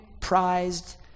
prized